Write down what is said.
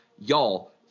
y'all